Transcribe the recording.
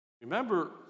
Remember